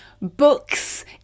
books